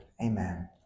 Amen